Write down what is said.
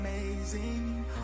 amazing